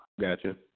Gotcha